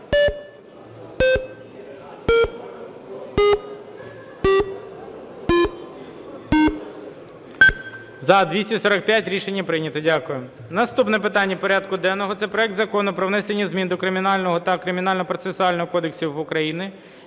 За-245 Рішення прийнято. Дякую. Наступне питання порядку денного – це проект Закону про внесення змін до Кримінального та Кримінального процесуального кодексів України